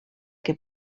que